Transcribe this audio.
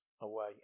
away